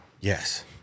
Yes